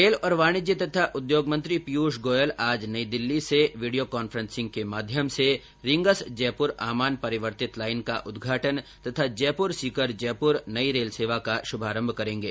rail और वाणिज्य तथा उद्योग मंत्री पीयूष गोयल आज नई दिल्ली से वीडियो कांफ्रेंसिंग के माध्यम से रींगस जयपुर आमान परिवर्तित लाइन का उदघाटन और जयपुर सीकर जयपुर नई रेल सेवा का शुभारम्भ करेंगे